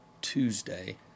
Tuesday